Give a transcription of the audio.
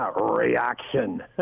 Reaction